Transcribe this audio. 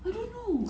I don't know